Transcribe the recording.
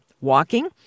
Walking